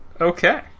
Okay